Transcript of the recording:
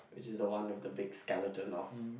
which is the one of the big skeleton of